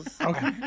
Okay